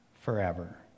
forever